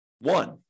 one